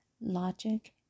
logic